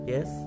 Yes